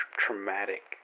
traumatic